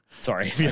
Sorry